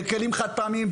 בכלים חד פעמיים.